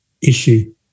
issue